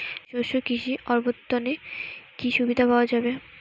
শস্য কৃষি অবর্তনে কি সুবিধা পাওয়া যাবে?